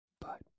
But